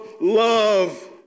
love